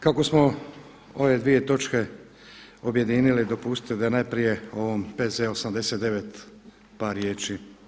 Kako smo ove dvije točke objedinili dopustite da najprije o ovom P.Z. 89 par riječi.